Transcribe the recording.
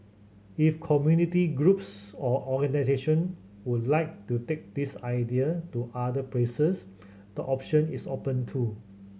if community groups or organisation would like to take this idea to other places the option is open too